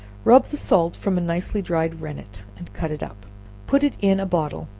rub the salt from a nicely dried rennet, and cut it up put it in a bottle,